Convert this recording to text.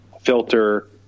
filter